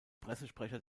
pressesprecher